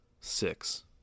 six